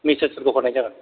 मिसेजफोरखौ हरनाय जागोन